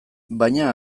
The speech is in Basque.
baina